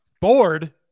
Bored